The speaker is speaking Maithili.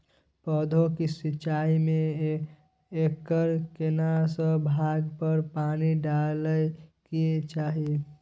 पौधों की सिंचाई में एकर केना से भाग पर पानी डालय के चाही?